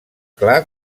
clar